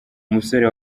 umusore